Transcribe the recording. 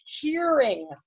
Hearing